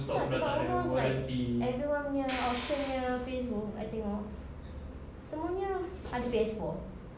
ya sebab almost like everyone punya auction punya facebook I tengok semuanya ada P_S four